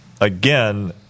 again